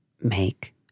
Make